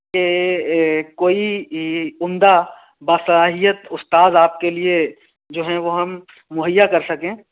کہ کوئی عمدہ با صلاحیت استاد آپ کے لئے جو ہے وہ ہم مہیا کر سکیں